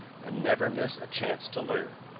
and never miss a chance to learn.